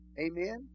Amen